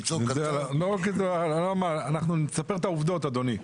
אנחנו נספר את העובדות, אדוני.